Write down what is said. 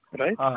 right